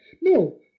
No